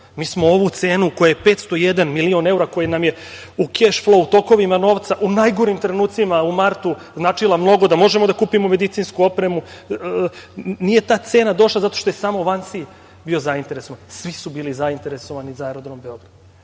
smo ovu cenu koja je 501 milion evra, koji nam je u keš flou tokovima novca, u najgorim trenucima u martu značila mnogo, da možemo da kupimo medicinsku opremu. Nije ta cena došla samo zato što je VANSI bio zainteresovan. Svi su bili zainteresovani za aerodrom